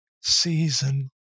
season